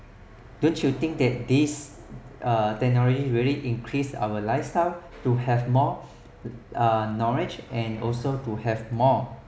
don't you think that this uh technology really increase our lifestyle to have more uh knowledge and also to have more